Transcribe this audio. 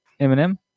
Eminem